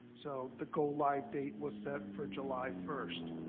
so the goal live date was set for july first.